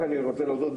רק אני רוצה להודות,